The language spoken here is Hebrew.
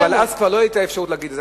אבל אז כבר לא תהיה לי אפשרות להגיד את זה,